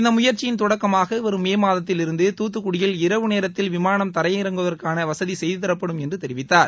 இந்த முயற்சியின் தொடக்கமாக வரும் மே மாதத்தில் இருந்து துத்துக்குடியில் இரவு நேரத்தில் விமானம் தரையிறங்குவதற்கான வசதி செய்துதரப்படும் என்று தெரிவித்தார்